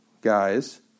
guys